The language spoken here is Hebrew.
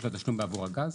יש לו תשלום בעבור הגז,